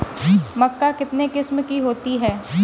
मक्का कितने किस्म की होती है?